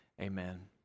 Amen